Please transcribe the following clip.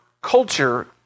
culture